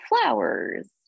flowers